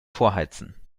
vorheizen